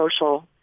social